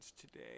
today